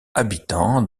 habitants